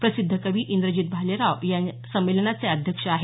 प्रसिद्ध कवी इंद्रजित भालेराव या संमेलनाचं अध्यक्षपद भुषवणार आहेत